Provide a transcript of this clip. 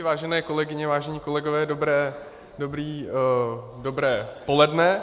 Vážené kolegyně, vážení kolegové, dobré dobrý dobré poledne.